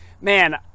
man